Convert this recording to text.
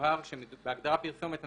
אנחנו